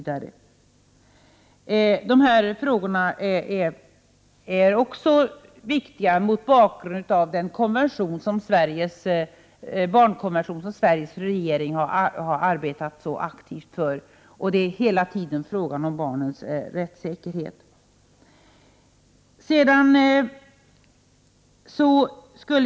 Dessa frågor är också viktiga mot bakgrund av den barnkonvention som Sveriges regering har arbetat så aktivt för. Hela tiden har det ju varit fråga om barnens rättssäkerhet.